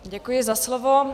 Děkuji za slovo.